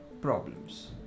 problems